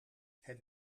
het